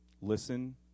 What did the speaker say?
Listen